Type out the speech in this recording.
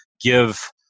give